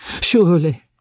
Surely